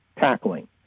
tackling